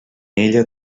ella